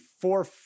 four